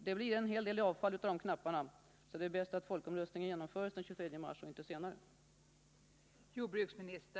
Det blir en hel del avfall av de knapparna, så det är bäst att folkomröstningen genomförs den 23 mars och inte senare!